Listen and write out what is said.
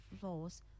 floors